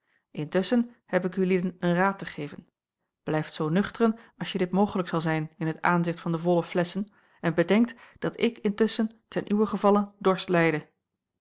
heb ik ulieden een raad te geven blijft zoo nuchteren als je dit mogelijk zal zijn in t aanzicht van de volle flesschen en bedenkt dat ik intusschen ten uwen gevalle dorst lijde